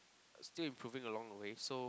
still improving along the way so